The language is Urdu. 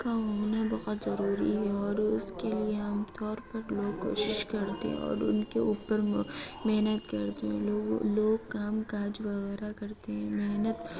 کا ہونا بہت ضروری ہے اور اس کے لیے ہم اور لوگ کوشش کرتے اور ان کے اوپر محنت کرتے ہیں لوگوں لوگ کام کاج وغیرہ کرتے ہیں محنت